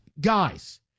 Guys